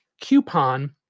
coupon